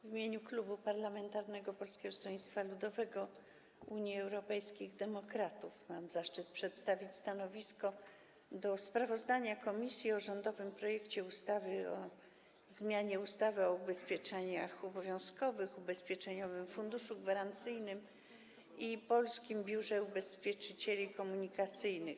W imieniu Klubu Poselskiego Polskiego Stronnictwa Ludowego - Unii Europejskich Demokratów mam zaszczyt przedstawić stanowisko wobec sprawozdania komisji o rządowym projekcie ustawy o zmianie ustawy o ubezpieczeniach obowiązkowych, Ubezpieczeniowym Funduszu Gwarancyjnym i Polskim Biurze Ubezpieczycieli Komunikacyjnych.